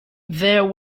there